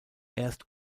erst